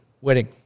wedding